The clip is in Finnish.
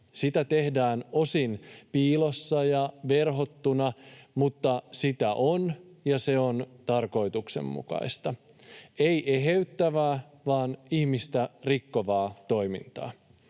Sitä tehdään osin piilossa ja verhottuna, mutta sitä on, ja se on tarkoituksenmukaista, [Päivi Räsänen: Missä sitä on?] ei eheyttävää, vaan ihmistä rikkovaa toimintaa.